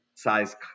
size